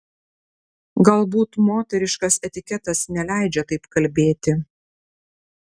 galbūt moteriškas etiketas neleidžia taip kalbėti